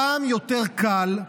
הפעם יותר קל,